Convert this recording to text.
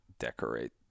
Decorate